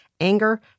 anger